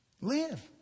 Live